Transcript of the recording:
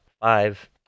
five